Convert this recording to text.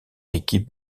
équipe